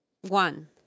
one